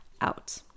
out